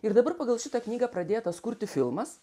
ir dabar pagal šitą knygą pradėtas kurti filmas